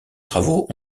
travaux